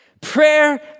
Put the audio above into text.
Prayer